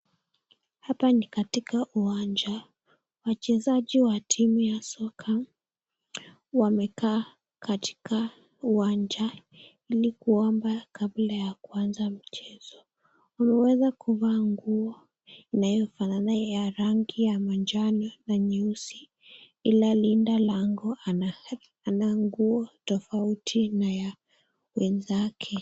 Hapa ni katika uwanja, wachezaji wa timu ya soka wamekaa katika uwanja ili kuomba kabla ya mchezo. Wameweza kuvaa nguo inayofanana ya rangi ya manjani na nyeusi ila linda lango ana nguo tofauti na wenzake.